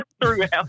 throughout